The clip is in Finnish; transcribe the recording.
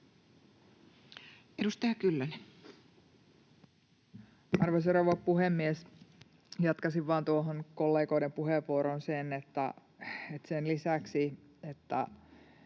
Edustaja Kyllönen. Arvoisa rouva puhemies! Jatkaisin vaan kollegoiden puheenvuoroihin sen, että